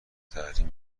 تحریم